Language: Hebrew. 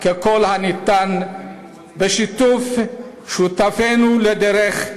-- ככל הניתן בשיתוף שותפינו לדרך: